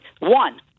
one –